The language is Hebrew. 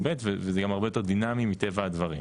ב' וזה גם הרבה יותר דינמי מטבע הדברים.